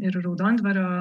ir raudondvario